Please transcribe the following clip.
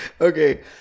Okay